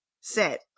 Set